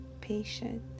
patient